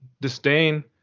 disdain